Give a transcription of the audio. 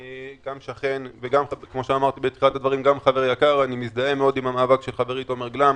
גם שכן וגם חבר יקר ואני מזדהה מאוד עם המאבק של חברי תומר גלאם,